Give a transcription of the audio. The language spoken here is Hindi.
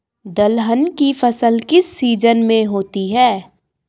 दलहन की फसल किस सीजन में होती है?